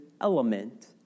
element